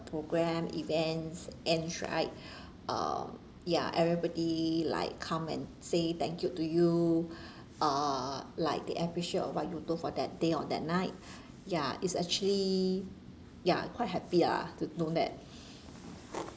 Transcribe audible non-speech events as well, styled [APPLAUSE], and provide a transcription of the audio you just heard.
programme events ends right [BREATH] uh ya everybody like come and say thank you to you [BREATH] uh like they appreciate of what you do for that day or that night [BREATH] ya it's actually ya quite happy ah to know that [BREATH]